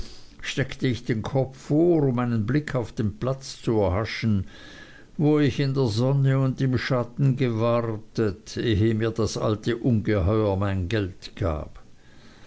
steckte ich den kopf vor um einen blick auf den platz zu erhaschen wo ich in der sonne und im schatten gewartet ehe mir das alte ungeheuer mein geld gab